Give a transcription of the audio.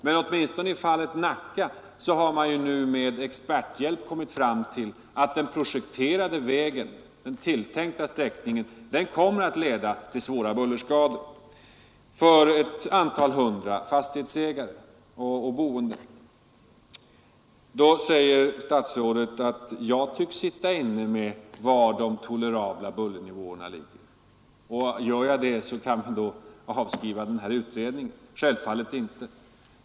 Men åtminstone i fallet Nacka har man nu med experthjälp kommit fram till att den projekterade vägen kommer att leda till svåra bullerskador för några hundratal fastighetsägare och boende. Statsrådet säger att jag tycks sitta inne med kunskap om var de tolerabla bullernivåerna ligger och att vi i så fall skulle kunna avskriva den här utredningen. Självfallet gör jag inte det.